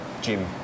gym